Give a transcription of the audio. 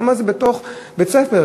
שם זה בתוך בית-ספר,